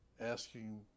asking